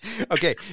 Okay